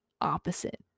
opposite